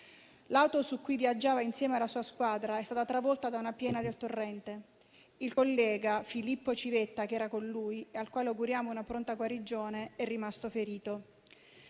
L'auto su cui viaggiava insieme alla sua squadra è stata travolta da una piena del torrente. Il collega, Filippo Civetta, che era con lui e al quale auguriamo una pronta guarigione, è rimasto ferito.